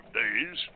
days